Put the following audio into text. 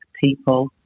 people